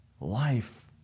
life